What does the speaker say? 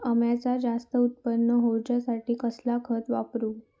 अम्याचा जास्त उत्पन्न होवचासाठी कसला खत वापरू?